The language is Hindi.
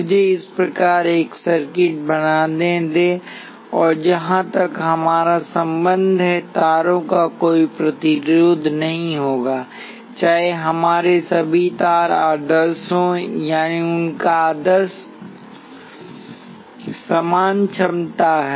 मुझे इस प्रकार का एक सर्किट बनाने दें और जहां तक हमारा संबंध है तारों का कोई प्रतिरोध नहीं होगा चाहे हमारे सभी तार आदर्श हों यानी उनकी आदर्श समान क्षमता है